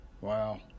Wow